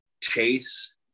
Chase